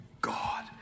God